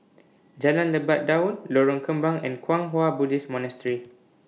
Jalan Lebat Daun Lorong Kembang and Kwang Hua Buddhist Monastery